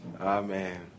Amen